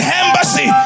embassy